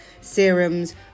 Serums